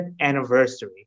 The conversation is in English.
anniversary